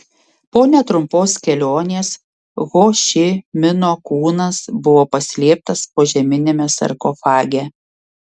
po netrumpos kelionės ho ši mino kūnas buvo paslėptas požeminiame sarkofage